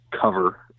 cover